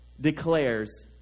declares